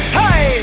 hey